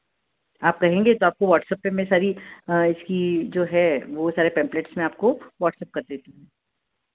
आप कहेंगे तो आपको व्हाट्सएप पर मैं सारी इसकी जो है वह सारे टेम्पलेट्स मैं आपको व्हाट्सएप कर देती हूँ